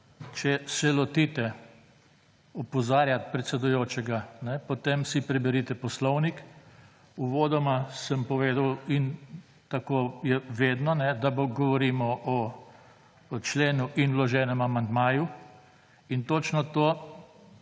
če se lotite opozarjati predsedujočega, potem si preberite Poslovnik. Uvodoma sem povedal in tako je vedno, da govorimo o členu in o vloženem amandmaju in točno to